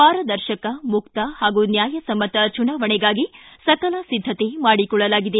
ಪಾರದರ್ಶಕ ಮುಕ್ತ ಹಾಗೂ ನ್ನಾಯಸಮ್ನತ ಚುನಾವಣೆಗಾಗಿ ಸಕಲ ಸಿದ್ದತೆ ಮಾಡಿಕೊಳ್ಳಲಾಗಿದೆ